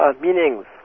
meanings